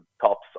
tops